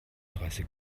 dreißig